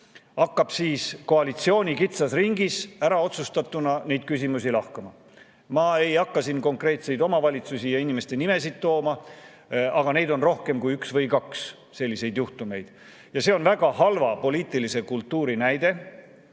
hakkab koalitsiooni kitsas ringis ära otsustatuna neid küsimusi lahkama. Ma ei hakka siin konkreetseid omavalitsusi ja inimeste nimesid tooma, aga selliseid juhtumeid on rohkem kui üks või kaks. Ja see on väga halva poliitilise kultuuri näide.